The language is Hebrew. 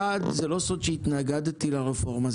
ראשית, זה לא סוד שהתנגדתי לרפורמה.